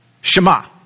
Shema